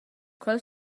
quel